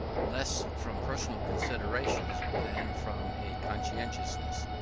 less from personal considerations than from a conscientious,